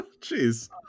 Jeez